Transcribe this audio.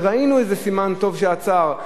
וראינו איזה סימן טוב שעצר,